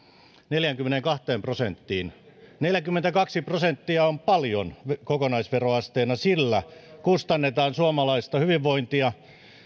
neljäänkymmeneenkahteen prosenttiin neljäkymmentäkaksi prosenttia on paljon kokonaisveroasteena sillä kustannetaan suomalaista hyvinvointia